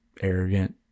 Arrogant